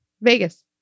Vegas